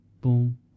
boom